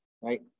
right